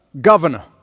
governor